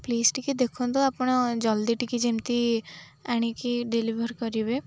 please ଟିକେ ଦେଖନ୍ତୁ ଆପଣ ଜଲ୍ଦି ଟିକେ ଯେମିତି ଆଣିକି ଡେଲିଭର୍ କରିବେ